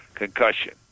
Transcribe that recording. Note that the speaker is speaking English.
concussion